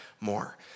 more